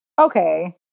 Okay